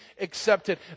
accepted